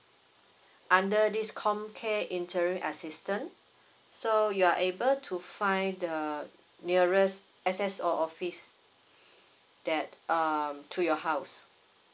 under this comcare interim assistance so you are able to find the nearest access or office that um to your house